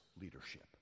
leadership